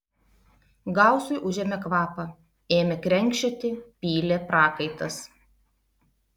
gausui užėmė kvapą ėmė krenkščioti pylė prakaitas